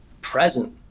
present